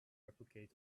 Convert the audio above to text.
replicate